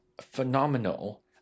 phenomenal